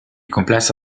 complesso